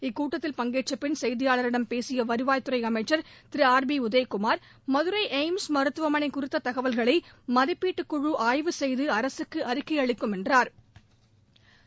இக்கூட்டத்தில் பங்கேற்ற பின் செய்தியாளர்களிடம் பேசிய வருவாய்த் துறை அமைச்சர் திரு R B Udhayakumar Madurai AIIMS மருத்துவமனை குறித்த தகவல்களை மதிப்பீட்டு குழு ஆய்வு செய்து அரசுக்கு அறிக்கை அளிக்கும் என்றாா்